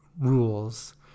rules